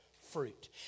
fruit